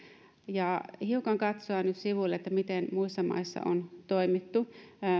ja hiukan katsoa nyt sivuille miten muissa maissa on toimittu